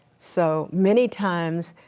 so many times,